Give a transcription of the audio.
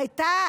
הייתה